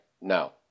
No